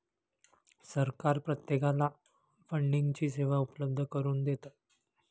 सरकार प्रत्येकाला फंडिंगची सेवा उपलब्ध करून देतं